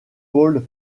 paule